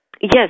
Yes